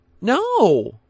no